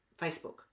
facebook